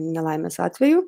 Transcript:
nelaimės atveju